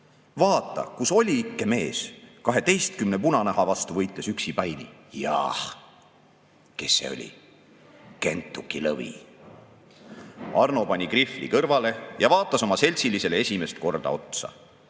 Vaata, kus oli ikke mees: kaheteistkümne punanaha vastu võitles üksipäini. Jaah …""Kes see oli?""Kentuki Lõvi."Arno pani krihvli kõrvale ja vaatas oma seltsilisele esimest korda otsa.